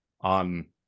on